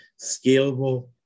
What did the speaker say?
Scalable